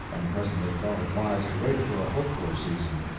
and presently thought it wise to wait for a hopefuler season.